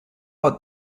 odd